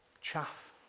Chaff